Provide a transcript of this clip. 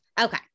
Okay